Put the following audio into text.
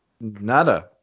Nada